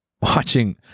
watching